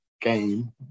game